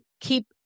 keep